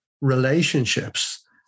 relationships